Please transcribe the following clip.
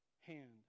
hand